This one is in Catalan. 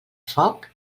foc